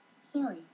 Sorry